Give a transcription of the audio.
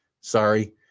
Sorry